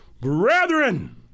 brethren